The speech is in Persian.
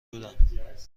بودم